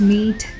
Meet